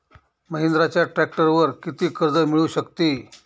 महिंद्राच्या ट्रॅक्टरवर किती कर्ज मिळू शकते?